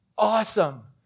awesome